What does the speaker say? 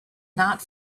not